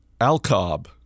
Alcob